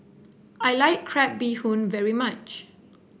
I like Crab Bee Hoon very much